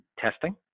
testing